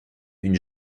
une